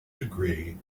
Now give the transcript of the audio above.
degree